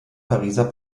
pariser